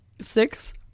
six